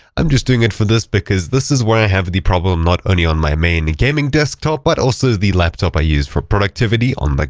i'm just doing it for this because this is where i have the problem, not only on my gaming desktop, but also the laptop i use for productvity on like